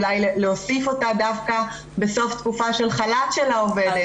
אולי להוסיף אותה דווקא בסוף תקופה של חל"ת של העובדת,